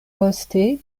poste